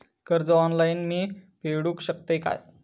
कर्ज ऑनलाइन मी फेडूक शकतय काय?